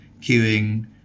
queuing